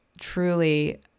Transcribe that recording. truly